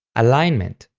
alignment,